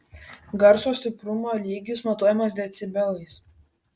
garso stiprumo lygis matuojamas decibelais